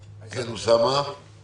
יש כל מיני תיקונים נוסחיים שאני לא אקריא.